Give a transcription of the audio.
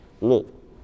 look